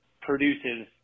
produces